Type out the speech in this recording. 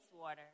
water